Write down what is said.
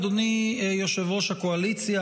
אדוני יושב-ראש הקואליציה,